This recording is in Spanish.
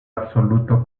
absoluto